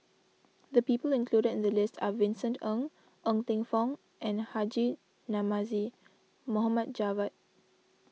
the people included in the list are Vincent Ng Ng Teng Fong and Haji Namazie Mohd Javad